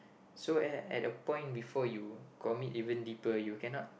so at at a point before you commit even deeper you cannot